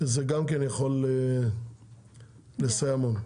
זה גם כן יכול לסייע המון.